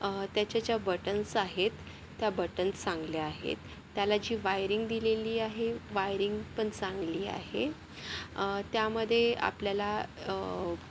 त्याच्या ज्या बटन्स आहेत त्या बटन्स चांगल्या आहेत त्याला जी वायरिंग दिलेली आहे वायरिंगपण चांगली आहे त्यामध्ये आपल्याला